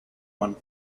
one